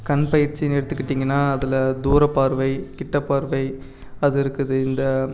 கண் பயிற்சின்னு எடுத்துக்கிட்டிங்கன்னா அதில் தூரப்பார்வை கிட்டப்பார்வை அது இருக்குது இந்த